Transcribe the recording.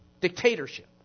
dictatorship